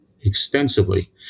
extensively